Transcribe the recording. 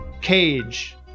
cage